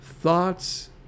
Thoughts